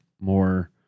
more